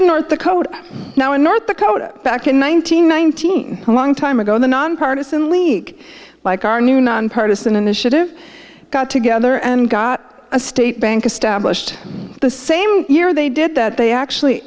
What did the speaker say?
in north dakota now in north dakota back in one thousand nineteen a long time ago the nonpartizan leak like our new nonpartisan initiative got together and got a state bank established the same year they did that they actually